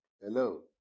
Hello